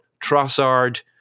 Trossard